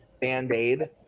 Band-Aid